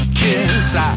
kiss